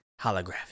Holographic